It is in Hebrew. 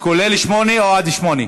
כולל 8 או עד 8?